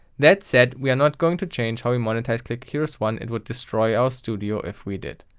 that said, we're not going to change how we monetize clicker heroes one. it would destroy our studio if we did.